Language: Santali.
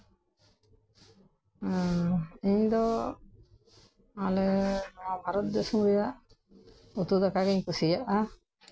ᱤᱧ ᱫᱚ ᱟᱞᱮ ᱵᱷᱟᱨᱚᱛ ᱫᱤᱥᱚᱢ ᱨᱮᱭᱟᱜ ᱩᱛᱩ ᱫᱟᱠᱟ ᱜᱮᱧ ᱠᱩᱥᱤᱭᱟᱜᱼᱟ